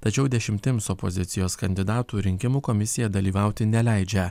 tačiau dešimtims opozicijos kandidatų rinkimų komisija dalyvauti neleidžia